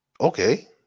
Okay